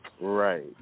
right